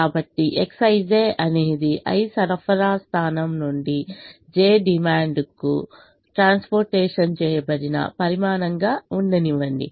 కాబట్టి Xij అనేది i సరఫరా స్థానం నుండి j డిమాండ్కు ట్రాన్స్పోర్టేషన్ చేయబడిన పరిమాణంగా ఉండనివ్వండి